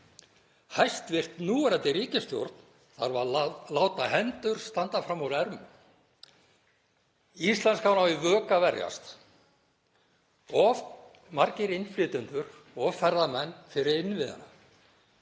Hæstv. núverandi ríkisstjórn þarf að láta hendur standa fram úr ermum. Íslenskan á í vök að verjast, of margir innflytjendur og ferðamenn fyrir innviðina.